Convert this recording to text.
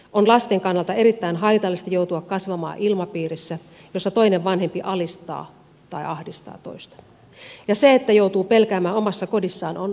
on lasten kannalta erittäin haitallista joutua kasvamaan ilmapiirissä jossa toinen vanhempi alistaa tai ahdistaa toista ja se että joutuu pelkäämään omassa kodissaan on aivan kohtuutonta